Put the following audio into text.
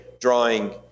drawing